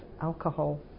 alcohol